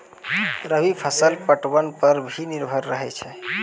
रवि फसल पटबन पर भी निर्भर रहै छै